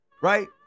right